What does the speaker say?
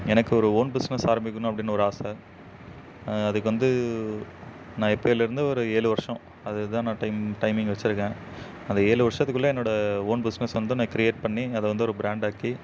எனக்கு ஒரு own business ஆரம்பிக்கணும் அப்படின்னு ஒரு ஆசை அதுக்கு வந்து நான் இப்பையிலருந்து ஒரு ஏழு வருஷம் அது தான் நான் டைம் டைமிங் வச்சுருக்கேன் அந்த ஏழு வருஷத்துக்குள்ளே என்னோட ஓன் பிஸ்னஸ் வந்துவிட்டு நான் க்ரியேட் பண்ணி அதை வந்து ஒரு ப்ராண்ட் ஆக்கி